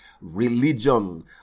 religion